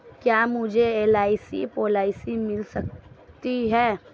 क्या मुझे LIC policy मिल सकती है?